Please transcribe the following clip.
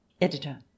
Editor